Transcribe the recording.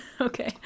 okay